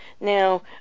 Now